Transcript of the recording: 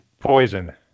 Poison